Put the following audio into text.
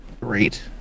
great